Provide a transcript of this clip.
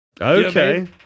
Okay